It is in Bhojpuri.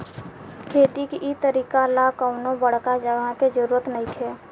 खेती के इ तरीका ला कवनो बड़का जगह के जरुरत नइखे